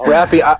Rappy